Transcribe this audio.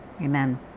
amen